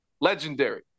legendary